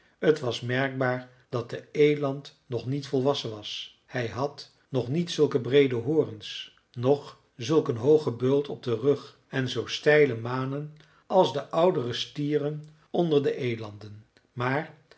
t was merkbaar dat de eland nog niet volwassen was hij had nog niet zulke breede horens noch zulk een hoogen bult op den rug en zoo steile manen als de oudere stieren onder de elanden maar